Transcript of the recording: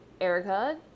Erica